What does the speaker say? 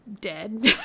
dead